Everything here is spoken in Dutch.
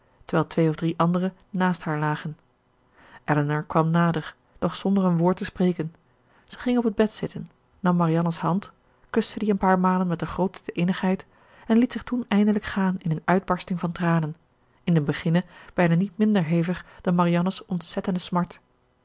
terwijl twee of drie andere naast haar lagen elinor kwam nader doch zonder een woord te spreken zij ging op het bed zitten nam marianne's hand kuste die een paar malen met de grootste innigheid en liet zich toen eindelijk gaan in een uitbarsting van tranen in den beginne bijna niet minder hevig dan marianne's ontzettende smart